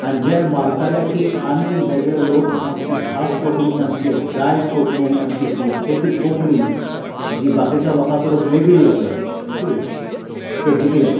आनी जे मानताले कि आमी वेगळे लोक आमची भास कोंकणी आमचे दायज कोंकणी आनी आमची संस्कृती कोंकणी जी बाकिच्या लोकां परस वेगळी आसा ओके ते जिखलें